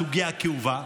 הסוגיה כאובה,